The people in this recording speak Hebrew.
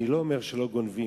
אני לא אומר שלא גונבים.